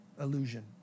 illusion